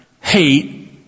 hate